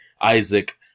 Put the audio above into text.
Isaac